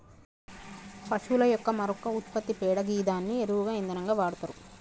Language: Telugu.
పశువుల యొక్క మరొక ఉత్పత్తి పేడ గిదాన్ని ఎరువుగా ఇంధనంగా వాడతరు